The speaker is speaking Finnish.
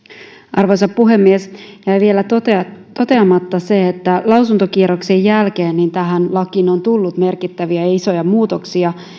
arvoisa puhemies jäi vielä toteamatta se että lausuntokierroksen jälkeen tähän lakiin on tullut merkittäviä ja isoja muutoksia